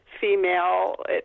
female